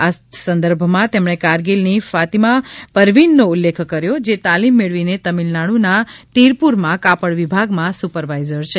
આ જ સંદર્ભમાં તેમણે કારગીલની કાતીમા પરવીનનો ઉલ્લેખ કર્યો જે તાલીમ મેળવીને તામિલનાડૂના તિરપુરમાં કાપડ વિભાગમાં સુપરવાઇઝર છે